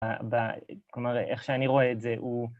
כלומר איך שאני רואה את זה הוא